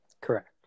correct